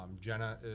Jenna